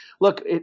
look